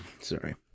Sorry